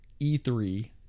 E3